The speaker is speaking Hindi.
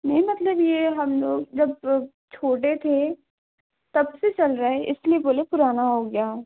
नहीं मतलब यह हम लोग जब छोटे थे तब से चल रहा है इसलिए बोली पुराना हो गया